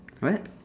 what